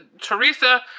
Teresa